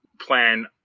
plan